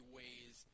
ways